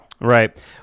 Right